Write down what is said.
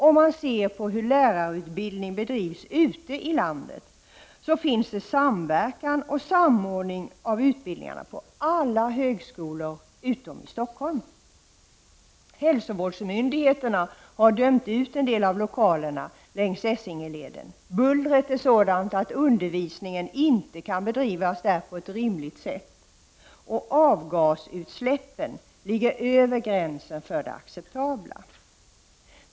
Om man ser på hur lärarutbildning bedrivs ute i landet så finns samverkan och samordning av utbildningarna på alla högskolor utom i Stockholm. Hälsovårdsmyndigheterna har dömt ut en del av lokalerna längs Essingeleden. Bullret är sådant att undervisning inte kan bedrivas där på ett rimligt sätt, och avgasutsläppen ligger över gränsen för det acceptabla.